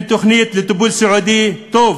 אין תוכנית לטיפול סיעודי טוב,